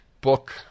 book